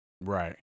Right